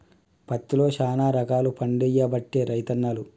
పత్తిలో శానా రకాలు పండియబట్టే రైతన్నలు